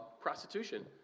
prostitution